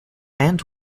and